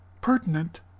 pertinent